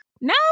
No